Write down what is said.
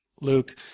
Luke